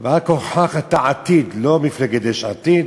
ועל כורחך אתה עתיד" לא מפלגת יש עתיד,